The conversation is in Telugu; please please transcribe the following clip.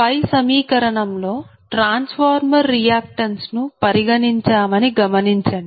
పై సమీకరణంలో ట్రాన్స్ఫార్మర్ రియాక్టన్స్ ను పరిగణించామని గమనించండి